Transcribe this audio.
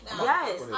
yes